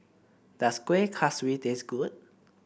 does Kuih Kaswi taste good